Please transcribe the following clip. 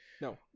no